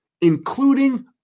including